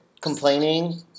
complaining